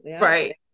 Right